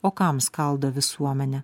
o kam skaldo visuomenę